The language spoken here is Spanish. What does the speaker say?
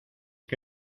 que